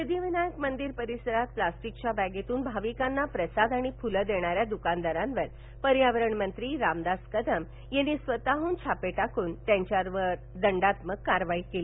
सिध्दीविनायक मंदिर परिसरात प्लास्टिकच्या बॅगेतून भाविकांना प्रसाद आणि फुलं देणाऱ्या दुकानदारावर पर्यावरण मंत्री रामदास कदम यांनी स्वतहून छापेटाकून त्यांच्यावर दंडात्मक कारवाई केली